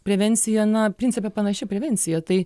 prevencija na principe panaši prevencija tai